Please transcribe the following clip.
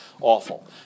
awful